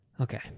okay